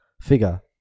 figure